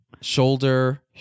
Shoulder